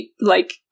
like-